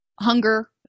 hunger